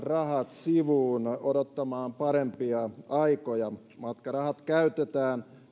sivuun odottamaan parempia aikoja matkarahat käytetään nyt